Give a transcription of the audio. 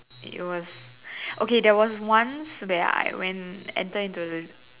it was okay there was once when I went entered into the